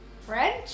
French